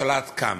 השאלה עד כמה.